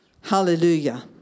Hallelujah